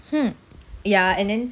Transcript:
hmm ya and then